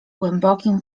głębokim